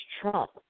Trump